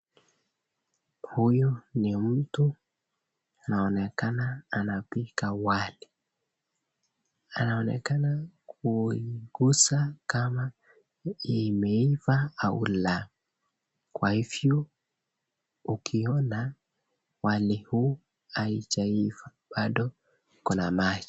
Huyu ni mtu anaonekana anapika wali anaonekana kuiguza kama imeiva au la kwa hivyo ukiona wali huu haijaiva bado iko na maji.